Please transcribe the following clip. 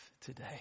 today